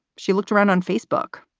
she looked around on facebook,